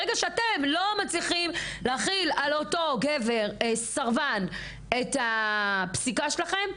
ברגע שאתם לא מצליחים להחיל על אותו גבר סרבן את הפסיקה שלכם,